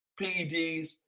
PEDs